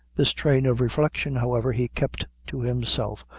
this train of reflection, however, he kept to himself,